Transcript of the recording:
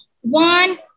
one